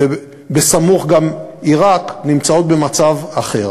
ובסמוך גם עיראק, נמצאות במצב אחר.